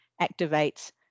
activates